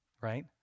right